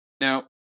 Now